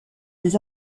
des